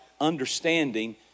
understanding